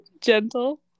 gentle